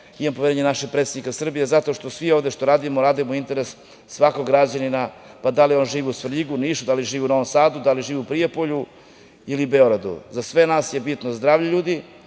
imam poverenje u našeg predsednika Srbije, zato što sve ovde što radimo, radimo u interesu svakog građanina, pa da li on živeo u Svrljigu, Nišu, da li živeo u Novom Sadu, da li živi u Prijepolju ili Beogradu. Za sve nas je bitno zdravlje ljudi,